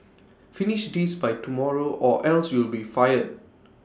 finish this by tomorrow or else you'll be fired